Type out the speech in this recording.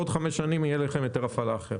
בעוד חמש שנים יהיה לכם היתר הפעלה אחר.